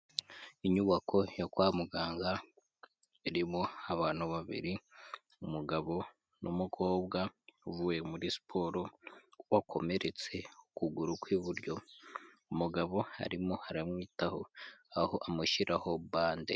Inyubako yo kwa muganga irimo abantu babiri umugabo n'umukobwa muri siporo wakomeretse ukuguru ku iburyo umugabo arimo aramwitaho aho amushyiraho bande.